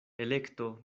elekto